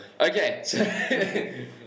Okay